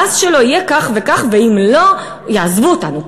המס שלו יהיה כך וכך, ואם לא, יעזבו אותנו.